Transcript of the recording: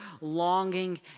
longing